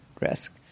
Risk